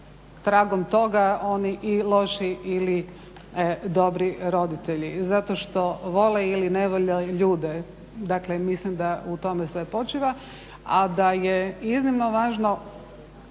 tragom toga i oni loši i dobri roditelji, zato što vole ili ne vole ljude, dakle mislim da u tome sve počiva. A da je iznimno važno